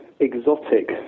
exotic